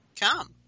come